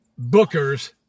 bookers